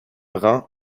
rang